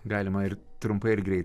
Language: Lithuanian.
galima ir trumpai ir greitai